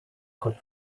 got